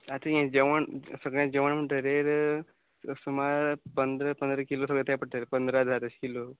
आतां हें जेवण सगळें जेवण म्हणटरेर स सुमार पंद्र पंद्र किलो सगळें तें पडटलें पंदरा धर अशें किलो